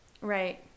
right